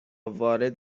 وارد